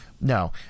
No